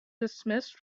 dismissed